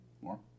More